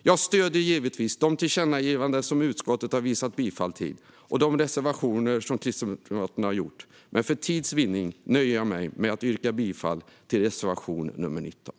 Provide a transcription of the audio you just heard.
Jag stöder givetvis de tillkännagivanden som utskottet har tillstyrkt och de reservationer som Kristdemokraterna har, men för tids vinnande nöjer jag mig med att yrka bifall till reservation nr 19.